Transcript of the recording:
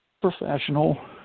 professional